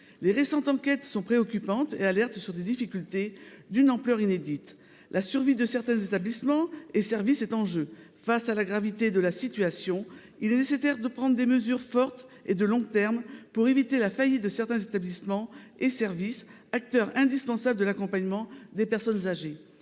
Les récentes enquêtes sont préoccupantes et alertent sur des difficultés d’une ampleur inédite. La survie de certains établissements et services est en jeu. Face à la gravité de la situation, il est nécessaire de prendre des mesures fortes et de long terme pour éviter la faillite de certains établissements et services, acteurs indispensables de l’accompagnement des personnes âgées.